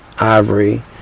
ivory